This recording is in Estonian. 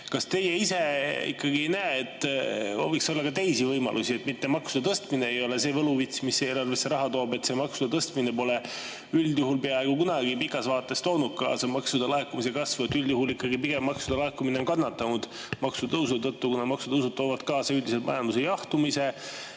Kas teie ise ikkagi ei näe, et võiks olla ka teisi võimalusi? Mitte maksude tõstmine ei ole see võluvits, mis eelarvesse raha toob, vaid maksude tõstmine pole üldjuhul peaaegu kunagi pikas vaates toonud kaasa maksude laekumise kasvu. Üldjuhul on maksude laekumine pigem kannatanud maksutõusude tõttu, kuna maksutõusud toovad kaasa üldiselt majanduse jahtumise.